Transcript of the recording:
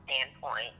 standpoint